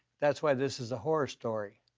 that's why this is a horror story.